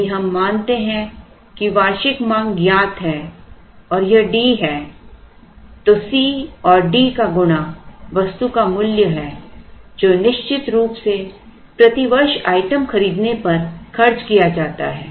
यदि हम मानते हैं कि वार्षिक मांग ज्ञात है और यह D है तो C और D का गुणा वस्तु का मूल्य है जो निश्चित रूप से प्रति वर्ष आइटम खरीदने पर खर्च किया जाता है